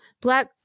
Black